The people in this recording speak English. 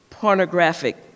Pornographic